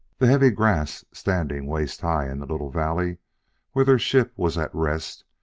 the heavy grass, standing waist-high in the little valley where their ship was at rest,